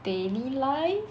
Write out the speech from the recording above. daily life